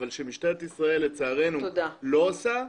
אבל כשמשטרת ישראל לצערנו לא עושה,